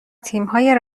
تیمهای